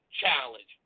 Challenge